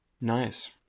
Nice